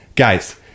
Guys